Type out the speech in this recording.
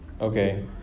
Okay